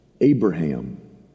Abraham